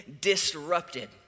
disrupted